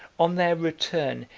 on their return,